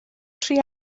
tri